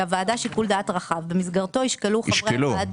לוועדה שיקול דעת רחב במסגרתו ישקלו -- ישקלו.